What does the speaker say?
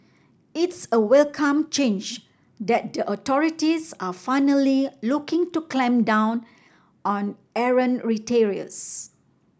it's a welcome change that the authorities are finally looking to clamp down on errant retailers